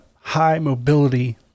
high-mobility